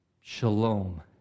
Shalom